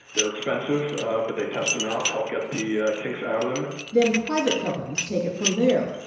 they're expensive but they test them out, help get the ah kinks out of them then private companies take it from there.